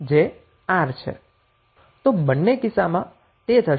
તો બંને કિસ્સામાં તે થશે